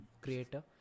creator